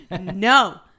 No